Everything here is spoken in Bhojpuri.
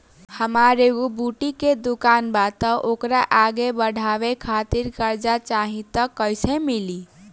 हमार एगो बुटीक के दुकानबा त ओकरा आगे बढ़वे खातिर कर्जा चाहि त कइसे मिली?